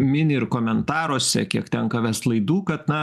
mini ir komentaruose kiek tenka vest laidų kad na